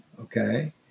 okay